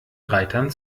reitern